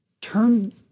turn